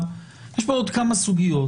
יש פה עוד כמה סוגיות.